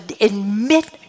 admit